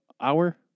hour